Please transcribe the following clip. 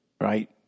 Right